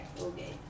okay